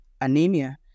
anemia